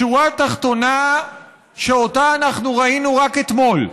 שורה התחתונה שאותה אנחנו ראינו רק אתמול.